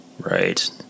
Right